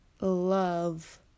love